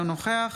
אינו נוכח